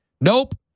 Nope